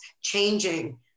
changing